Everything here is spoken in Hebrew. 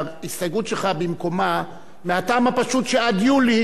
שההסתייגות שלך במקומה מהטעם הפשוט שעד יולי